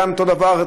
אותו דבר,